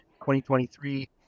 2023